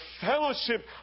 fellowship